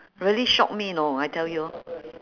really shock me you know I tell you